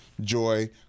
Joy